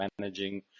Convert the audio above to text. managing